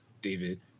David